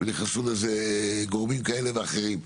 ונכנסו לזה גורמים כאלה ואחרים.